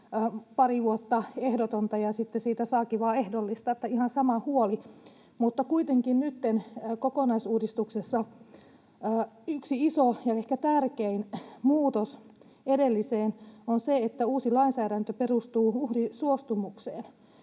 pari vuotta ehdotonta ja sitten siitä saakin vain ehdollista. Että ihan sama huoli. Kuitenkin nytten kokonaisuudistuksessa yksi iso ja ehkä tärkein muutos edelliseen on se, että uusi lainsäädäntö perustuu uhrin suostumukseen,